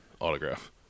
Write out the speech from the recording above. autograph